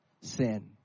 sin